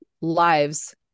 lives